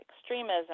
extremism